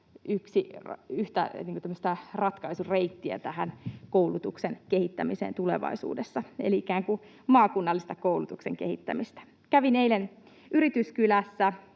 yhdeksi ratkaisureitiksi tähän koulutuksen kehittämiseen tulevaisuudessa, eli ikään kuin maakunnallista koulutuksen kehittämistä. Kävin eilen Yrityskylässä.